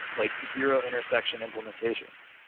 like zero intersection implementations.